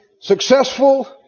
successful